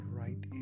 right